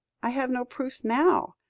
i have no proofs now.